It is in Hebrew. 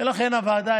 ולכן אתמול הוועדה